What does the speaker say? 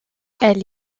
elle